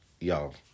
Y'all